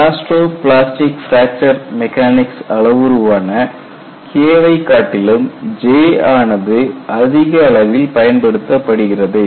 elasto plastic fracture mechanics அளவுருவான K வை காட்டிலும் J ஆனது அதிக அளவில் பயன்படுத்தப்படுகிறது